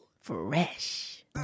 fresh